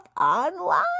online